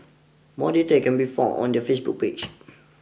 more details can be found on their Facebook page